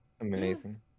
Amazing